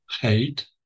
hate